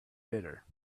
bitter